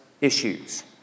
issues